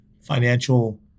financial